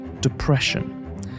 depression